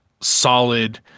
solid